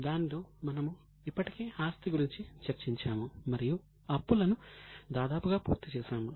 దానిలో మనము ఇప్పటికే ఆస్తి గురించి చర్చించాము మరియు అప్పులను దాదాపుగా పూర్తి చేసాము